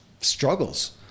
struggles